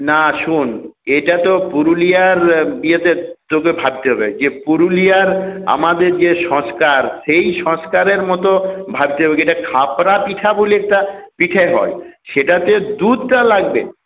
না শোন এটা তো পুরুলিয়ার ইয়েতে তোকে ভাবতে হবে যে পুরুলিয়ার আমাদের যে সংস্কার সেই সংস্কারের মতো ভাবতে হবে এটা খাপরা পিঠা বলে একটা পিঠে হয় সেটাতে দুধটা লাগবে